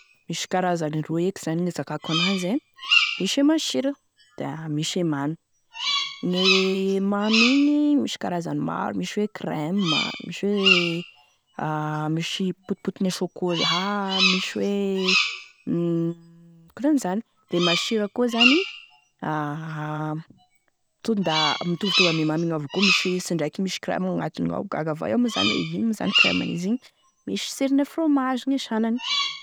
Misy karazany roy eky zany gn'hizakako an'azy e, misy e masira da misy e mamy, gne mamy igny misy karazany maro: misy hoe crème, misy hoe à misy potipotina chocolat, misy hoe akonan'izany, e masira avao koa zany à tonda mitovitovy ame mamy igny avao koa zany, misy sindraiky misy crème agnatiny ao gaga avao moa zany hoe ino zany e crème an'izy igny, misy sirone fromage gne sanany.